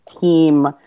team